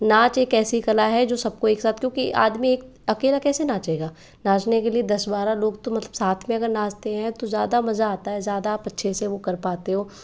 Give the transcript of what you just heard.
नाच एक ऐसी कला है जो सब को एक साथ क्योंकि आदमी अकेला कैसे नाचेगा नाचने के लिए दस बारह लोग तो मतलब साथ में अगर नाचते हैं तो ज़्यादा मज़ा आता है ज़्यादा अच्छे से वो कर पाते हैं